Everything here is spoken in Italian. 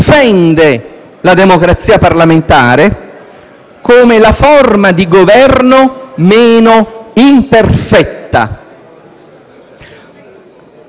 Giunto alla conclusione che la democrazia parlamentare è quanto di meglio si possa avere sul piano della rappresentatività,